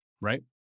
right